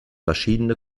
verschiedene